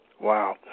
Wow